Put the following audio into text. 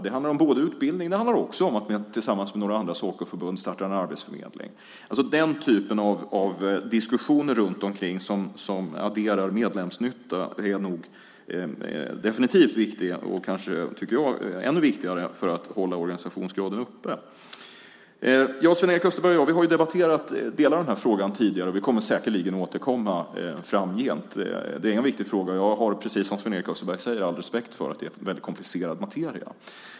Det handlar både om utbildning och om att man tillsammans med några andra Sacoförbund startar en arbetsförmedling. Den typen av diskussioner som adderar medlemsnytta är nog definitivt viktiga för att hålla organisationsgraden uppe. Sven-Erik Österberg och jag har debatterat delar av den här frågan tidigare. Vi kommer säkert att återkomma framöver. Det är en viktig fråga, och jag har, precis som Sven-Erik Österberg säger, all respekt för att det är en väldigt komplicerad materia.